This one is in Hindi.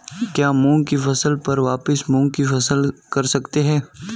क्या मूंग की फसल पर वापिस मूंग की फसल कर सकते हैं?